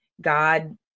God